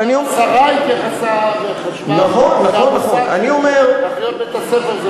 גם השרה התייחסה וחשבה שהמוסד של אחיות בית-הספר זה מוסד,